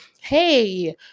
hey